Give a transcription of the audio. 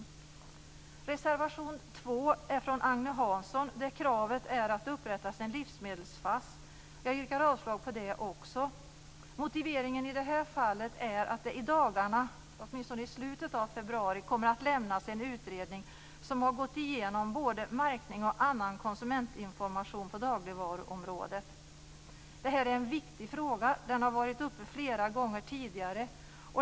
I reservation från Agne Hansson är kravet att det upprättas en livsmedels-FASS. Jag yrkar avslag också på den reservationen. Motiveringen är att det i dagarna, eller i slutet av februari, kommer att lämnas en utredning som har gått igenom både märkning och annan konsumentinformation på dagligvaruområdet. Det här är en viktig fråga, och den har varit uppe flera gånger tidigare.